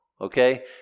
Okay